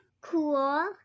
Cool